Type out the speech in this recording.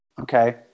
Okay